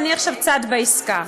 אני עכשיו צד בעסקה.